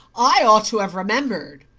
i ought to have remembered.